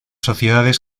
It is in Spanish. sociedades